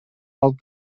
алып